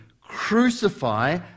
crucify